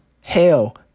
Hell